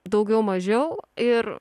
daugiau mažiau ir